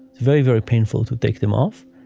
very, very painful to take them off.